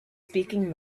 speaking